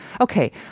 Okay